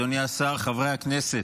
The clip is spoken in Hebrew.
אדוני השר, חברי הכנסת,